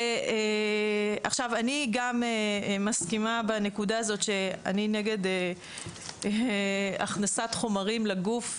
עכשיו אני גם מסכימה בנקודה הזאת שאני נגד הכנסת חומרים לגוף,